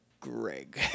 greg